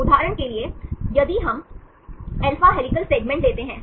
उदाहरण के लिए यदि हम अल्फा हेलिकल सेगमेंट लेते हैं